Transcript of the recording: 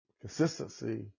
Consistency